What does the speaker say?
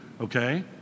okay